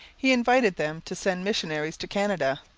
he invited them to send missionaries to canada.